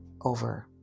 over